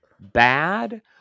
bad